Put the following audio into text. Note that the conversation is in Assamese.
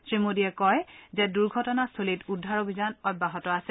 শ্ৰীমোদীয়ে কয় যে দুৰ্ঘটনাস্থলীত উদ্ধাৰ অভিযান অব্যাহত আছে